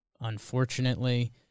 Unfortunately